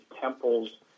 temples